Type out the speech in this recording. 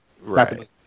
Right